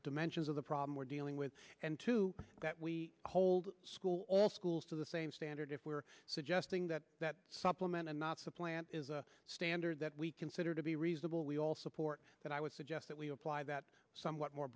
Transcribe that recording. dimensions of the problem we're dealing with and to that we hold school all schools to the same standard if we are suggesting that that supplement and not supplant is a standard that we consider to be reasonable we all support but i would suggest that we apply that somewhat more